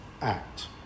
act